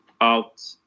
out